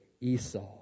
Esau